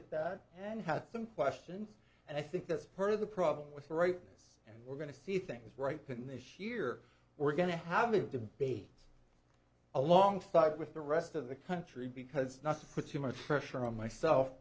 at that and had some questions and i think that's part of the problem with the rightness and we're going to see things right can this year we're going to have a debate along with the rest of the country because not to put you much pressure on myself